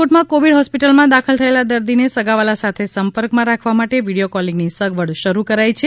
રાજકોટમાં કોવિડ હોસ્પિટલમાં દાખલ થયેલા દર્દીને સગાવહાલા સાથે સંપર્કમાં રાખવા માટે વિડીયો કોલિંગની સગવડ શરૂ કરાઈ છે